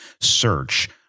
Search